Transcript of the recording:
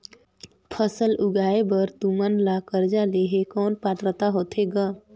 फसल उगाय बर तू मन ला कर्जा लेहे कौन पात्रता होथे ग?